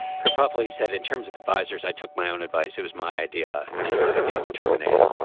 kerfuffle he said in terms of advisers i took my own advice. it was my idea and my idea to terminate it.